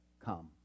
Come